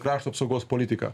krašto apsaugos politika